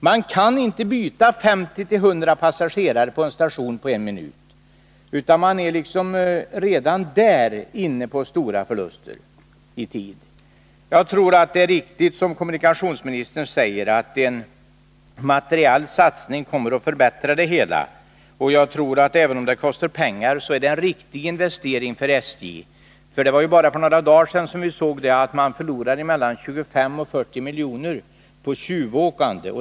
Man kan inte byta 50-100 passagerare på enstation på en minut, utan man är redan i tidtabellen inne på stora förluster i tid. Jag tror att det är riktigt, som kommunikationsministern säger, att en materiell satsning kommer att förbättra det hela. Jag tror att även om det kostar mycket pengar, så är detta en riktig investering för SJ. Bara för några dagar sedan kunde vi läsa om att SJ förlorar mellan 25 och 40 milj.kr. på tjuvåkande.